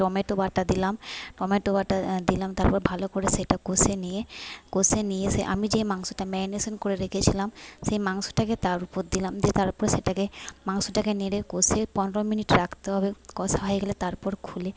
tomato বাটা দিলাম tomato বাটা দিলাম তারপর ভালো করে সেইটা কষে নিয়ে কষে নিয়ে সে আমি যে মাংসটা ম্যারিনেশেন করে রেখেছিলাম সেই মাংসটাকে তার উপর দিলাম দিয়ে তার ওপরে সেটাকে মাংসটাকে নেড়ে কষে পনেরো মিনিট রাখতে হবে কষা হয়ে গেলে তারপর খুলে